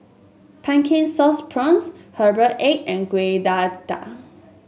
Pumpkin Sauce Prawns Herbal Egg and Kueh Dadar